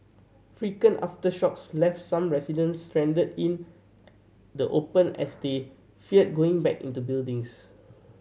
frequent aftershocks left some residents stranded in the open as they feared going back into buildings